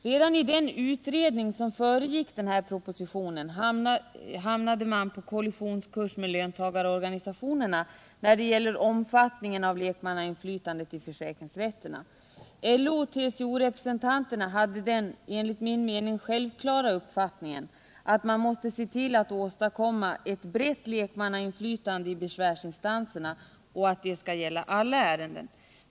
Redan i den utredning som föregick den här propositionen hamnade man på kollisionskurs med löntagarorganisationerna när det gäller omfattningen av lekmannainflytandet i försäkringsrätterna. LO och TCO representanterna hade den enligt min mening självklara uppfattningen att man måste se till att åstadkomma ett brett lek mannainflytande i besvärsinstanserna och att detta skall gälla alla ärenden.